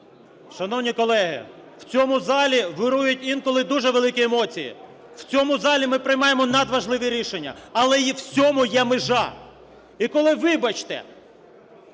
Шановні колеги! В цьому залі вирують інколи дуже великі емоції, в цьому залі ми приймаємо надважливі рішення, але й усьому є межа. І коли, вибачте,